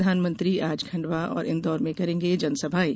प्रधानमंत्री आज खंडवा और इंदौर में करेंगे जनसभाएं